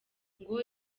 ngo